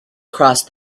crossed